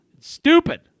Stupid